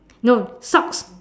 no socks